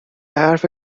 حرفت